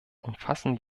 umfassen